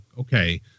okay